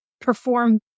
perform